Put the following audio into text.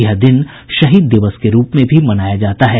यह दिन शहीद दिवस के रूप में भी मनाया जाता है